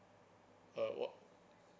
uh what